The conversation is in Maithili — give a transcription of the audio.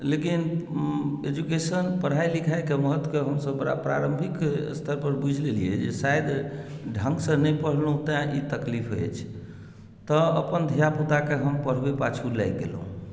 लेकिन एजुकेशन पढ़ाई लिखाईके महत्वके हमसभ बड़ा प्रारम्भिक स्तर पर बुझि गेलियै जे शायद ढ़ंगसँ नहि पढ़लहुँ तैं ई तकलीफ अछि तऽ अपन धिया पुताके हम पढ़बै पाछु लागि गेलहुँ